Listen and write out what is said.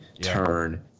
turn